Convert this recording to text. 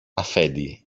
αφέντη